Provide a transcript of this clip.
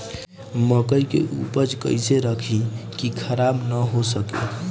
मकई के उपज कइसे रखी की खराब न हो सके?